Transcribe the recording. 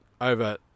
over